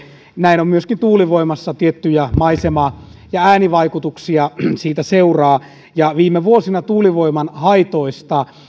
näin on myöskin tuulivoimassa tiettyjä maisema ja äänivaikutuksia siitä seuraa viime vuosina tuulivoiman haitoista